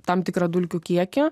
tam tikrą dulkių kiekį